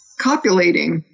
copulating